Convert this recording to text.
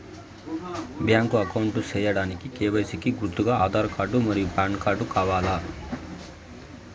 Bank account సేయడానికి KYC కి గుర్తుగా ఆధార్ కార్డ్ మరియు పాన్ కార్డ్ కావాలా?